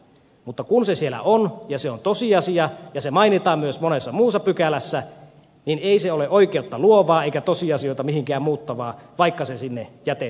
mutta kun se siellä on ja se on tosiasia ja se mainitaan myös monessa muussa pykälässä niin ei se ole oikeutta luovaa eikä tosiasioita mihinkään muuttavaa vaikka se sinne jätetäänkin